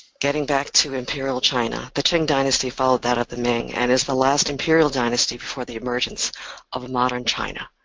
getting back to imperial china, the qing dynasty followed that of the ming and was the last imperial dynasty before the emergence of modern china.